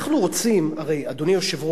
אנחנו רוצים, הרי, אדוני היושב-ראש,